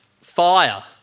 fire